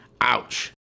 Ouch